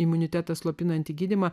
imunitetą slopinantį gydymą